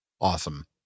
awesome